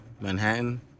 Manhattan